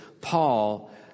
Paul